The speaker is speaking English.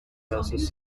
bassist